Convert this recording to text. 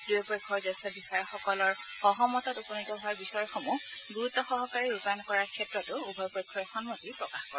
দুয়োপক্ষৰ জ্যেষ্ঠ বিষয়াসকল সহমতত উপনীত হোৱা বিষয়সমূহ গুৰুত্বসহকাৰে ৰূপায়ণ কৰাৰ ক্ষেত্ৰতো উভয় পক্ষই সন্মতি প্ৰকাশ কৰে